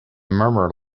murmur